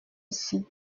ici